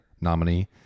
nominee